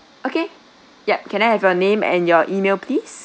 okay yup can I have your name and your email please